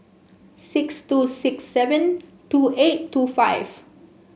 six two six seven two eight two five